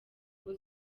ngo